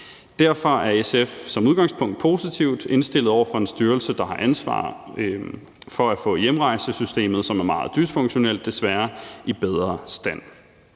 Derfor er SF som udgangspunkt positivt indstillet over for en styrelse, der har ansvar for at få hjemrejsesystemet, som er meget dysfunktionelt, desværre, i bedre stand.